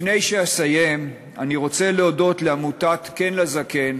לפני שאסיים אני רוצה להודות לעמותת "כן לזקן"